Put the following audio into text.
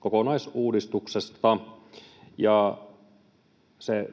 kokonaisuudistuksesta. Se